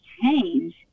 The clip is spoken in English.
change